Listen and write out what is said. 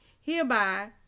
Hereby